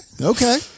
Okay